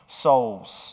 souls